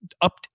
up